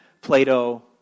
Plato